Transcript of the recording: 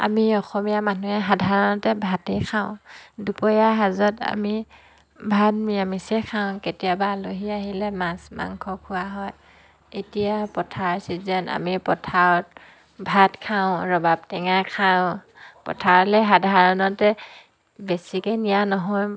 আমি অসমীয়া মানুহে সাধাৰণতে ভাতেই খাওঁ দুপৰীয়া সাঁজত আমি ভাত নিৰামিষেই খাওঁ কেতিয়াবা আলহী আহিলে মাছ মাংস খোৱা হয় এতিয়া পথাৰ ছিজন আমি পথাৰত ভাত খাওঁ ৰবাব টেঙা খাওঁ পথাৰলৈ সাধাৰণতে বেছিকৈ নিয়া নহয়